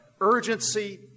urgency